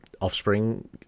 offspring